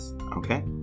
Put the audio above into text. Okay